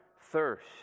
thirst